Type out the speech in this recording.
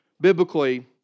biblically